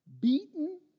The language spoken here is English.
beaten